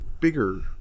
bigger